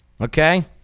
Okay